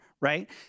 right